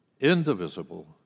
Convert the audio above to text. indivisible